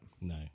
no